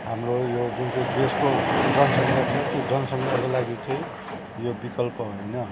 हाम्रो यो जुन चाहिँ यसको जनसङ्ख्याको लागि चाहिँ यो विकल्प होइन